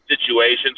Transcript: situations